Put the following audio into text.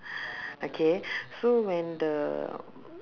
okay so when the